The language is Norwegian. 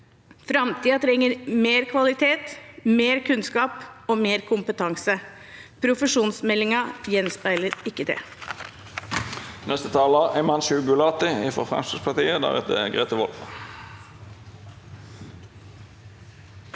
Framtiden trenger mer kvalitet, mer kunnskap og mer kompetanse. Profesjonsmeldingen gjenspeiler ikke det.